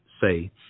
say